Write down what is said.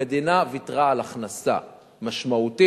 המדינה ויתרה על הכנסה משמעותית.